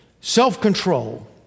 self-control